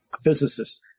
physicist